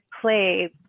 play